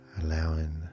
allowing